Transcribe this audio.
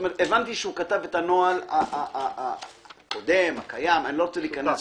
הבנתי שהוא כתב את הנוהל הקודם או הקיים --- שותף.